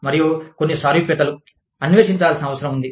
మరియు కొన్ని సారూప్యతలు అన్వేషించాల్సిన అవసరం ఉంది